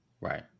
Right